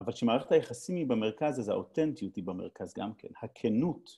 אבל כשמערכת היחסים היא במרכז אז האותנטיות היא במרכז גם כן, הכנות